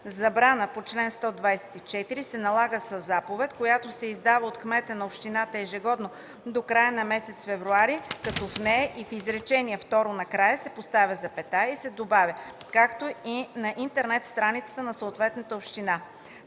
„Забрана по чл. 124 се налага със заповед, която се издава от кмета на общината ежегодно до края на месец февруари, като в нея” и в изречение второ накрая се поставя запетая и се добавя „както и на интернет страницата на съответната община”.